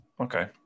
Okay